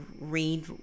read